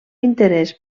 interès